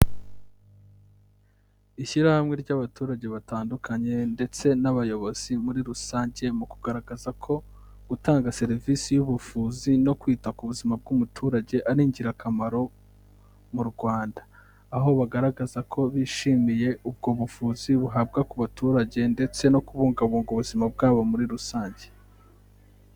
Ishyirahamwe ry'abaturage batandukanye ndetse n'abayobozi muri rusange, mu kugaragaza ko gutanga serivisi y'ubuvuzi no kwita ku buzima bw'umuturage ari ingirakamaro mu Rwanda, aho bagaragaza ko bishimiye ubwo buvuzi buhabwa ku baturage ndetse no kubungabunga ubuzima bwabo muri rusange.